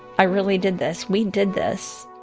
i really did this. we did this